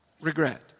regret